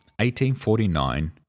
1849